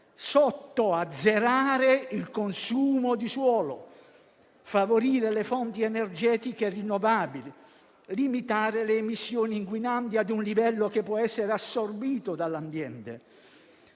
sottoazzerare il consumo di suolo; favorire le fonti energetiche rinnovabili e limitare le emissioni inquinanti a un livello che può essere assorbito dall'ambiente.